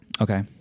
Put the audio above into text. Okay